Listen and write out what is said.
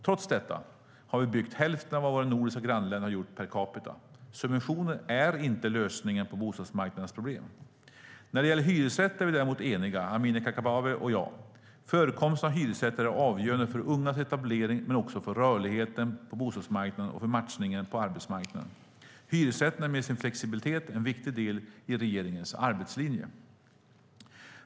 Trots detta har vi byggt hälften av vad våra nordiska grannländer har gjort per capita. Subventioner är inte lösningen på bostadsmarknadens problem. När det gäller hyresrätter är vi däremot eniga, Amineh Kakabaveh och jag. Förekomsten av hyresrätter är avgörande för ungas etablering, men också för rörligheten på bostadsmarknaden och för matchningen på arbetsmarknaden. Hyresrätten är med sin flexibilitet en viktig del i regeringens arbetslinje.